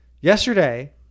Yesterday